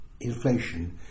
inflation